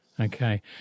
Okay